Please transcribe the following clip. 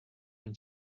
when